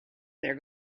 there